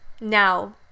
Now